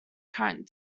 current